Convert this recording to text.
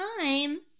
time